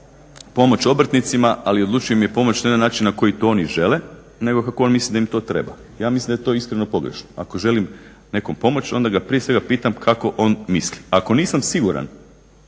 pomoći obrtnicima, ali odlučio im je pomoći ne na način koji to oni žele, nego kako on misli da im to treba. Ja mislim da je to iskreno pogrešno. Ako želim nekom pomoći, onda ga prije svega pitam kako on misli. Ako nisam siguran